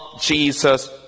Jesus